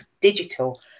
digital